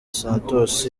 santos